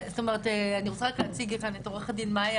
ואני רוצה רק להציג כאן את עוה"ד מיה